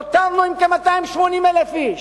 נותרנו עם כ-280,000 איש.